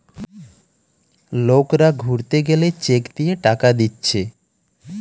লোকরা ঘুরতে গেলে চেক দিয়ে টাকা দিচ্ছে